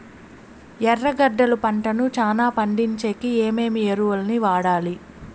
ఎర్రగడ్డలు పంటను చానా పండించేకి ఏమేమి ఎరువులని వాడాలి?